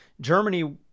Germany